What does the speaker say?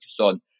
on